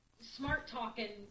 smart-talking